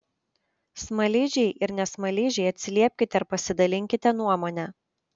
smaližiai ir ne smaližiai atsiliepkite ir pasidalinkite nuomone